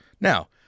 Now